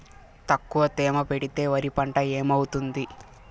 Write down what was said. తక్కువ తేమ పెడితే వరి పంట ఏమవుతుంది